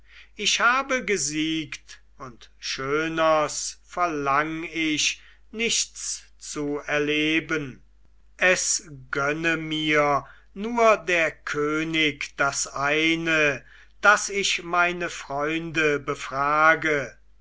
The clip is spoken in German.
ich habe gesiegt und schöners verlang ich nichts zu erleben es gönne mir nur der könig das eine daß ich meine freunde befrage